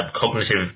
cognitive